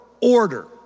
order